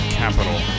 capital